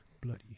bloody